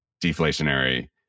deflationary